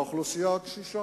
לאוכלוסייה הקשישה: